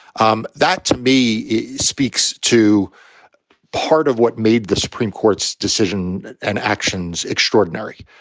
um that to me, it speaks to part of what made the supreme court's decision and actions extraordinary,